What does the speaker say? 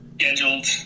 scheduled